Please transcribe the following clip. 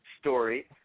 story